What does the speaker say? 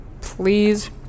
please